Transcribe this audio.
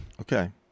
okay